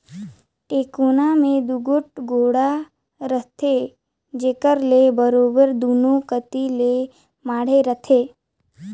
टेकोना मे दूगोट गोड़ा रहथे जेकर ले बरोबेर दूनो कती ले माढ़े रहें